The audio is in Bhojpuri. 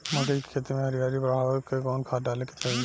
मकई के खेती में हरियाली बढ़ावेला कवन खाद डाले के होई?